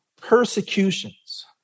Persecutions